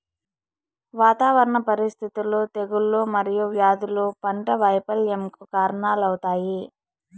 వాతావరణ పరిస్థితులు, తెగుళ్ళు మరియు వ్యాధులు పంట వైపల్యంకు కారణాలవుతాయి